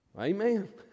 Amen